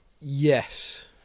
Yes